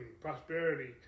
prosperity